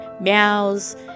meows